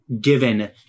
given